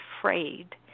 afraid